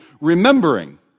remembering